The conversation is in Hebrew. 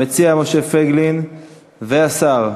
המציע משה פייגלין והשר,